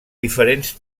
diferents